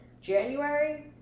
january